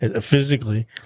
physically